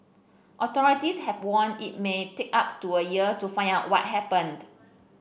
authorities have warned it may take up to a year to find out what happened